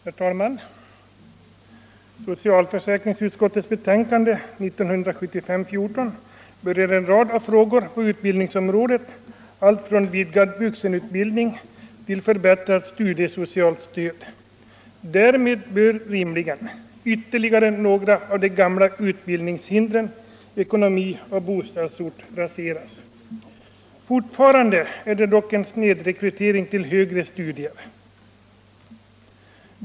Herr talman! Socialförsäkringsutskottets betänkande nr 14 år 1975 berör = m.m. en rad frågor på utbildningens område, alltifrån vidgad vuxenutbildning till förbättrat studiesocialt stöd. Därmed bör rimligen ytterligare några av de gamla utbildningshindren — ekonomi och bostadsort — raseras. Fortfarande är det dock en snedrekrytering till högre studier.